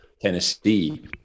Tennessee